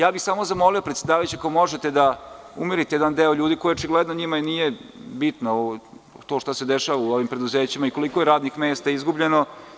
Zamolio bih predsedavajućeg, ako možete da umirite jedan deo ljudi, kojima očigledno je bitno što šta se dešava u ovim preduzećima i koliko je radnih mesta izgubljeno.